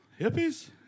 hippies